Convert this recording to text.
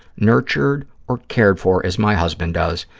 nurtured or cared for as my husband does,